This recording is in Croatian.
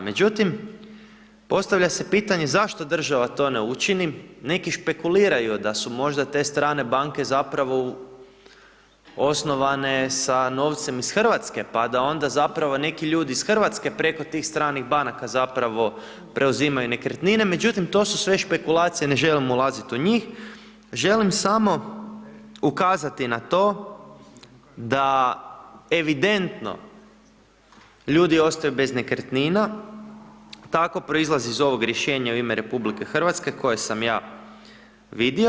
Međutim, postavlja se pitanje zašto država to ne učini, neki špekuliraju da su možda te strane banke zapravo osnovane sa novcem iz RH, pa da onda zapravo neki ljudi iz RH preko tih stranih banaka zapravo preuzimaju nekretnine, međutim, to su sve špekulacije, ne želim ulaziti u njih, želim samo ukazati na to da evidentno ljudi ostaju bez nekretnina, tako proizlazi iz ovog rješenja U ime RH koje samo ja vidio.